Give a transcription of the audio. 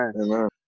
Amen